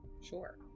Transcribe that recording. Sure